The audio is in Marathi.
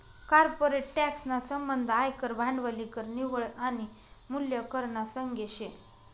कॉर्पोरेट टॅक्स ना संबंध आयकर, भांडवली कर, निव्वळ आनी मूल्य कर ना संगे शे